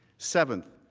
seventh,